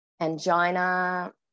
Angina